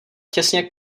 těsně